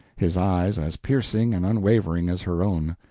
his eyes as piercing and unwavering as her own.